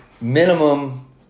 minimum